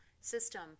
system